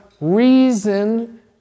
reason